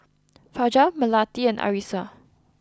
Fajar Melati and Arissa